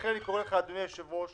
לכן אני קורא לך, אדוני היושב ראש,